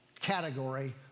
category